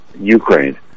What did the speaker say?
Ukraine